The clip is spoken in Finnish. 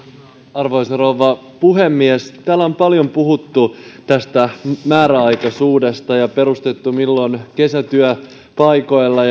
arvoisa rouva puhemies kun täällä on paljon puhuttu määräaikaisuudesta ja perusteltu milloin kesätyöpaikoilla